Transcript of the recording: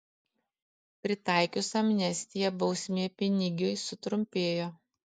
pritaikius amnestiją bausmė pinigiui sutrumpėjo